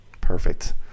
Perfect